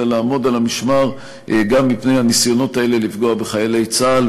אלא לעמוד על המשמר גם מפני הניסיונות האלה לפגוע בחיילי צה"ל,